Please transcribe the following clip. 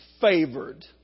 favored